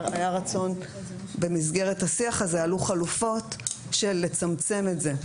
היה רצון ובמסגרת השיח הזה עלו חלופות לצמצם את זה,